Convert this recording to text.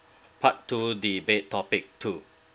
part two debate topic two